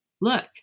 Look